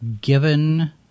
given